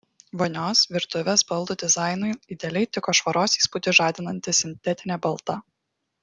vonios virtuvės baldų dizainui idealiai tiko švaros įspūdį žadinanti sintetinė balta